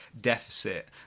deficit